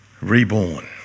reborn